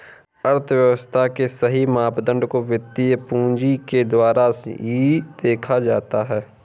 अर्थव्यव्स्था के सही मापदंड को वित्तीय पूंजी के द्वारा ही देखा जाता है